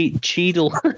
Cheadle